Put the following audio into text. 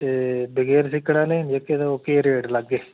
एह् बगैर सिक्कड़ें आह्ले न जेह्के ते ओह् केह् रेट लाह्गे